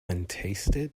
untasted